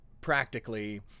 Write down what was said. practically